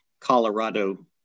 Colorado